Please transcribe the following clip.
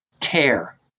Care